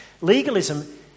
Legalism